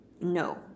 No